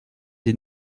des